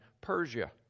Persia